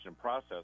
process